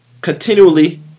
continually